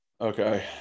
Okay